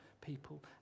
people